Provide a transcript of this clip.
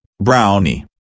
Brownie